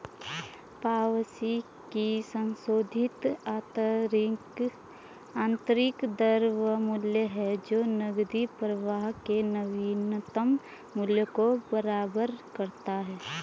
वापसी की संशोधित आंतरिक दर वह मूल्य है जो नकदी प्रवाह के नवीनतम मूल्य को बराबर करता है